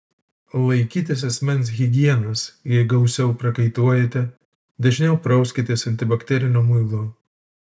laikytis asmens higienos jei gausiau prakaituojate dažniau prauskitės antibakteriniu muilu